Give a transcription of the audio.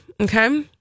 okay